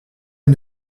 une